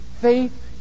faith